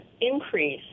increase